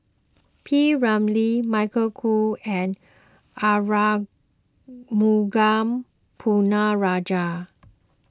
P Ramlee Eric Khoo and Arumugam Ponnu Rajah